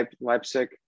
Leipzig